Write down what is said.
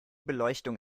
beleuchtung